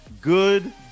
good